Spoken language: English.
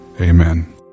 Amen